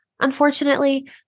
Unfortunately